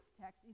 text